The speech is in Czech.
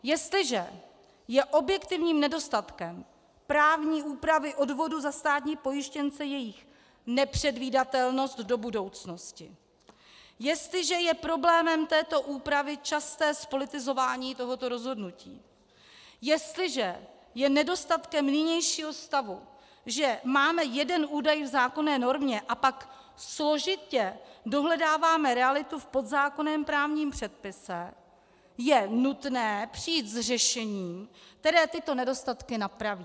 Jestliže je objektivním nedostatkem právní úpravy odvodu za státní pojištěnce jejich nepředvídatelnost do budoucnosti, jestliže je problémem této úpravy časté zpolitizování tohoto rozhodnutí, jestliže je nedostatkem nynějšího stavu, že máme jeden údaj v zákonné normě a pak složitě dohledáváme realitu v podzákonném právním předpise, je nutné přijít s řešením, které tyto nedostatky napraví.